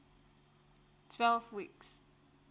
twelve weeks